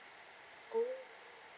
oh